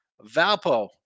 Valpo